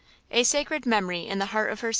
a sacred memory in the heart of her son.